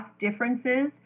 differences